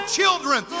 children